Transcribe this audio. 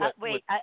wait